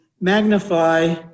magnify